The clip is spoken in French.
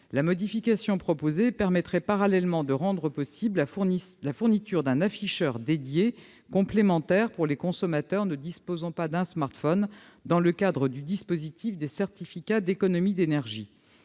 La modification proposée permettrait parallèlement de rendre possible la fourniture d'un afficheur dédié, complémentaire pour les consommateurs ne disposant pas d'un smartphone, dans le cadre du dispositif des certificats d'économies d'énergie.